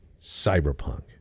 cyberpunk